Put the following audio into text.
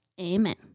Amen